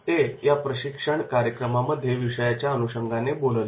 ते या प्रशिक्षण कार्यक्रमामध्ये विषयाच्या अनुषंगाने बोलले